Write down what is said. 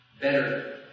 better